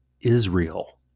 Israel